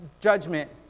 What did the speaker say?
judgment